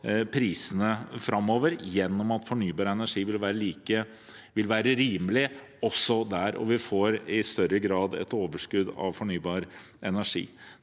prisene framover gjennom at fornybar energi vil være rimelig også der, og vi får i større grad et overskudd av fornybar energi.